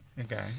Okay